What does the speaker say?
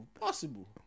Possible